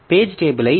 page டேபிளை D